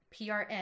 PRN